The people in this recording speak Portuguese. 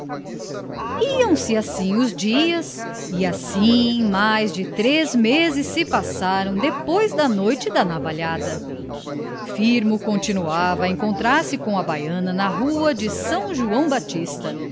morresse iam-se assim os dias e assim mais de três meses se passaram depois da noite da navalhada firmo continuava a encontrar-se com a baiana na rua de são joão batista